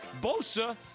Bosa